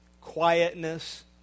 quietness